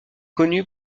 connu